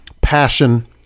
passion